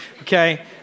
okay